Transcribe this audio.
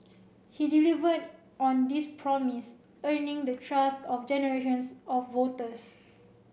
he delivered on this promise earning the trust of generations of voters